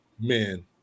man